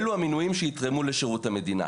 אלו המינויים שיתרמו לשירות המדינה.